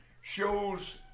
shows